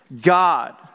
God